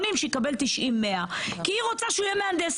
יקבל 90-100 כי היא רוצה שהוא יהיה מהנדס.